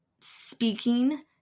speaking